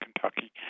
Kentucky